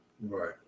Right